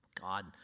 God